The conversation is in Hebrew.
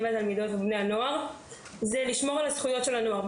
והתלמידות ובני הנוער הוא לשמור על זכויות של הנוער,